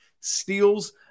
steals